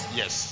yes